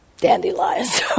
dandelions